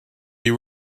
you